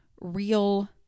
real